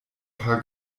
paar